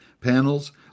panels